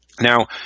Now